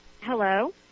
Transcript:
Hello